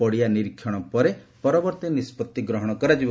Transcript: ପଡିଆ ନିରୀକ୍ଷଣ ପରେ ପରବର୍ତ୍ତୀ ନିଷ୍ପଭି ଗ୍ରହଣ କରାଯିବ